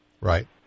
Right